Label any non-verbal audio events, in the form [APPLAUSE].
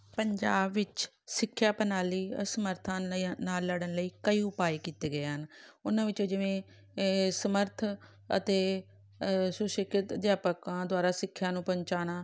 ਪੰਜਾਬ ਵਿੱਚ ਸਿੱਖਿਆ ਪ੍ਰਣਾਲੀ ਅਸਮਰੱਥਾ [UNINTELLIGIBLE] ਨਾਲ ਲੜਨ ਲਈ ਕਈ ਉਪਾਏ ਕੀਤੇ ਗਏ ਹਨ ਉਹਨਾਂ ਵਿੱਚੋਂ ਜਿਵੇਂ ਸਮਰੱਥ ਅਤੇ [UNINTELLIGIBLE] ਅਧਿਆਪਕਾਂ ਦੁਆਰਾ ਸਿੱਖਿਆ ਨੂੰ ਪਹੁੰਚਾਉਣਾ